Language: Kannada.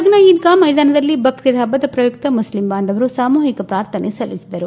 ಗದಗ್ನ ಈದ್ಗಾ ಮೈದಾನದಲ್ಲಿ ಬಕ್ರೀದ್ ಹಭ್ಗದ ಪ್ರಯುಕ್ತ ಮುಸ್ಲಿಂ ಬಾಂಧವರು ಸಾಮೂಹಿಕ ಪ್ರಾರ್ಥನೆ ಸಲ್ಲಿಸಿದರು